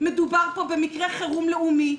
מדובר פה במקרה חירום לאומי,